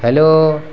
hello